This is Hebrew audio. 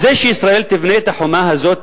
שישראל תבנה את החומה הזאת,